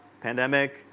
pandemic